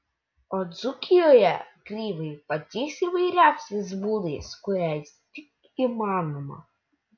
o dzūkijoje grybai pačiais įvairiausiais būdais kuriais tik įmanoma